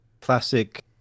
classic